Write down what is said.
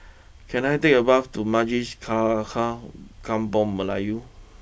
can I take a bus to Kampung Melayu